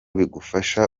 bigufasha